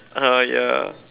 oh yeah